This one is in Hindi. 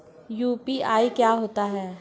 यू.पी.आई क्या होता है?